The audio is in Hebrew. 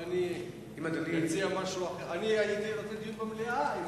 אני הייתי רוצה דיון במליאה.